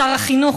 שר החינוך,